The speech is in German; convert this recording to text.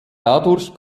dadurch